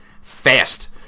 fast